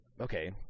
okay